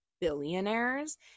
billionaires